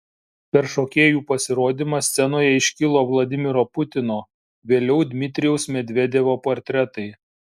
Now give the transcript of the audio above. per šokėjų pasirodymą scenoje iškilo vladimiro putino vėliau dmitrijaus medvedevo portretai